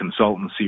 consultancy